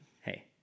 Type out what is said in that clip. Hey